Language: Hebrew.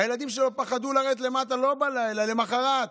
הילדים שלו פחדו לרדת למטה, לא בלילה, למוחרת.